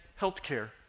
healthcare